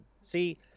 See